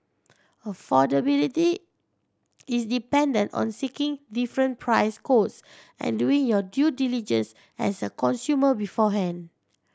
affordability is dependent on seeking different price quotes and doing your due diligence as a consumer beforehand